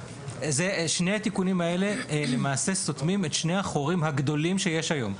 שני התיקונים האלה למעשה סותמים את שני החורים הגדולים שיש היום.